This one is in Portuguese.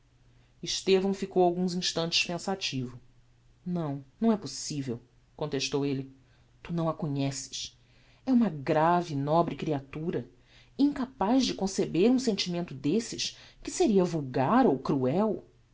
estevão ficou alguns instantes pensativo não não é possível contestou elle tu não a conheces é uma grave e nobre creatura incapaz de conceber um sentimento desses que seria vulgar ou cruel